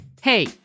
Hey